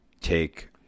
Take